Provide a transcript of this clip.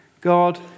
God